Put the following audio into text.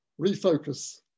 refocus